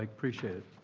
like appreciate it.